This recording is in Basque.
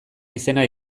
izena